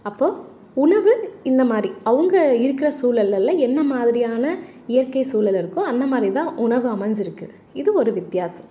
அப்போது உணவு இந்தமாதிரி அவங்க இருக்கிற சூழல்லல்ல என்ன மாதிரியான இயற்கை சூழல் இருக்கோ அந்தமாதிரிதான் உணவு அமைஞ்சிருக்கு இது ஒரு வித்தியாசம்